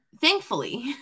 Thankfully